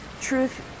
truth